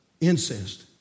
Incest